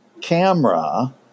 camera